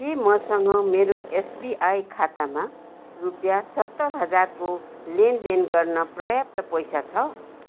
के मसँग मेरो एसबिआई खातामा रुपियाँ सत्तर हजारको लेनदेन गर्न पर्याप्त पैसा छ